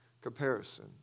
comparison